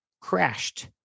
crashed